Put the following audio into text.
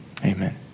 amen